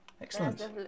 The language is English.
Excellent